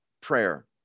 prayer